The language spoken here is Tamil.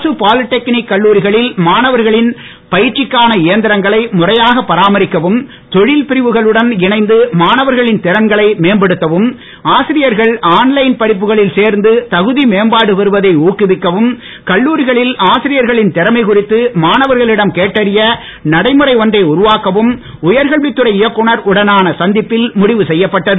அரசுப் பாலிடெக்னிக் கல்லூரிகளில் மாணவர்களின் பயிற்சிக்கான இயந்திரங்களை முறையாக பராமரிக்கவும் தொழில் பிரிவுகளுடன் இணைந்து மாணவர்களின் திறன்களை மேம்படுத்தவும் ஆசிரியர்கள்ஆன்லைன் படிப்புகளில் சேர்ந்து தகுதி மேம்பாடு பெறுவதை ஊக்குவிக்கவும் கல்லூரிகளில் ஆசிரியர்களின் திறமை குறித்து மாணவர்களிடம் கேட்டறிய நடைமுறை ஒன்றை உருவாக்கவும் உயர்கல்வித்துறை இயக்குனர் உடனான சந்திப்பில் முடிவு செய்யப்பட்டது